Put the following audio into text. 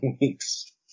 weeks